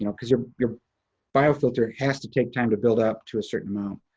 you know cause your your biofilter has to take time to build up to a certain amount.